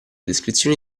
descrizioni